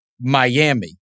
Miami